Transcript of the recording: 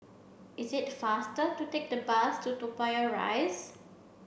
it is faster to take the bus to Toa Payoh Rise